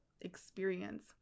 experience